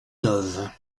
neuve